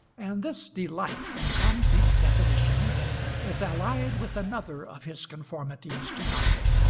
and this delight in concrete definition is allied with another of his conformities to dante,